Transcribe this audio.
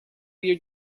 your